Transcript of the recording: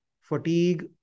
fatigue